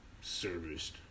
serviced